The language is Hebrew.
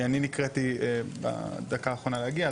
אני נקראתי בדקה האחרונה להגיע,